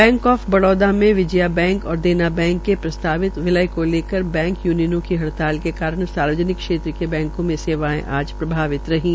bank of Baroda में विजया और Dena bank के प्रस्तावित विलय को लेकर बैंक यूनियनों की हड़ताल के कारण सार्वजनिक क्षेत्र के बैंकों में सेवाएं आज प्रभावित हई हैं